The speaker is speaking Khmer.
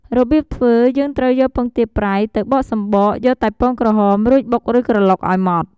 របៀបធ្វើយើងត្រូវយកពងទាប្រៃទៅបកសំបក យកតែពងក្រហម រួចបុកឬក្រឡុកឱ្យម៉ដ្ឋ។